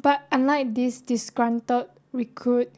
but unlike this disgruntled recruit